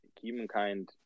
humankind